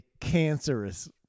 cancerous